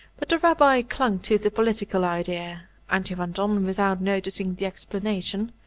but the rabbi clung to the political idea and he went on, without noticing the explanation,